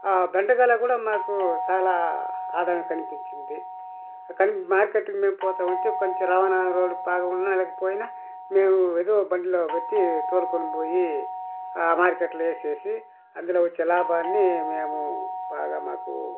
ఆ బెండకాయలో కూడా మాకు చాలా ఆదాయం కనిపించింది కాని మార్కెట్కి మేం పోతావుంటే కొంచం రవాణా రోడ్డు బాగ ఉన్నా లేకపోయినా మేము ఏదో బండిలో పెట్టి తోలుకొనిపోయి మార్కెట్లో వేసేసి అందులో వచ్చే లాభాన్ని మేము బాగా మాకు